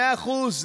מאה אחוז,